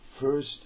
First